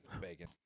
Bacon